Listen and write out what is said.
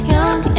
Young